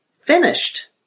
finished